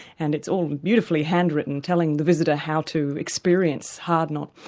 and it's all beautifully handwritten, telling the visitor how to experience hardknott.